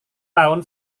tahun